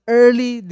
early